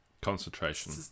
concentration